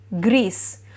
Greece